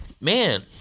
man